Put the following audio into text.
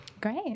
Great